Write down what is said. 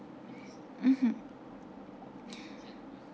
mmhmm